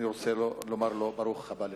אני רוצה לומר לו: ברוך הבא לנצרת.